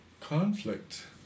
conflict